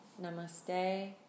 namaste